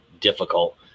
difficult